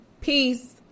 peace